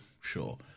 sure